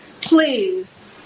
please